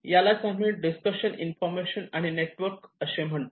यालाच आम्ही discussion information आणि नेटवर्क असे म्हणतो